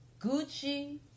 Gucci